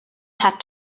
had